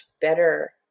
better